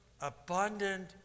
Abundant